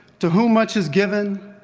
to whom much is given,